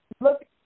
look –